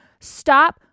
stop